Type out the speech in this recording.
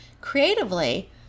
creatively